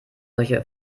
solche